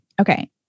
okay